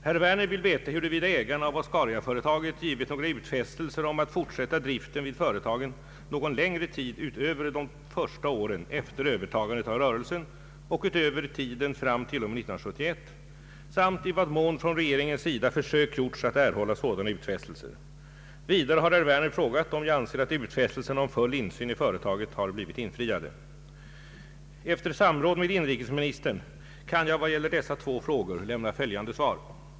Herr Werner vill veta huruvida ägarna av Oscariaföretaget givit några utfästelser om att fortsätta driften vid företagen någon längre tid utöver de första åren efter övertagandet av rörelsen och utöver tiden fram t.o.m. 1971 samt i vad mån från regeringens sida försök gjorts att erhålla sådana utfästelser. Vidare har herr Werner frågat mig om jag anser att utfästelserna om full insyn i företaget har blivit infriade. Efter samråd med inrikesministern kan jag vad gäller dessa två frågor lämna följande svar.